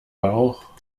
bauch